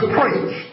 preach